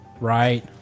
right